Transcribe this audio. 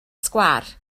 sgwâr